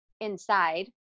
inside